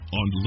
on